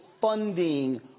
funding